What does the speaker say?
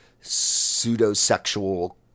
pseudo-sexual